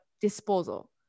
disposal